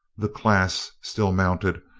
the class, still mounted,